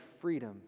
freedom